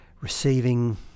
receiving